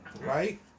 right